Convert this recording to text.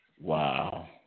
Wow